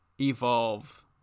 evolve